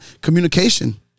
communication